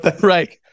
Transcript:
Right